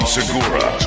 Segura